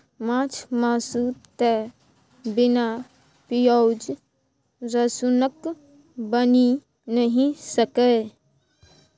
माछ मासु तए बिना पिओज रसुनक बनिए नहि सकैए